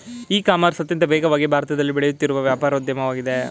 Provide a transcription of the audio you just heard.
E commerce ಅತ್ಯಂತ ವೇಗವಾಗಿ ಭಾರತದಲ್ಲಿ ಬೆಳೆಯುತ್ತಿರುವ ವ್ಯಾಪಾರೋದ್ಯಮವಾಗಿದೆ